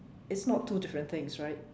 it's not two different things right